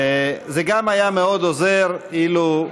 זה גם היה מאוד עוזר אילו,